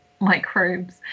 microbes